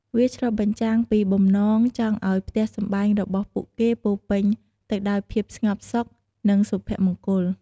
វាឆ្លុះបញ្ចាំងពីបំណងចង់ឱ្យផ្ទះសម្បែងរបស់ពួកគេពោរពេញទៅដោយភាពស្ងប់សុខ និងសុភមង្គល។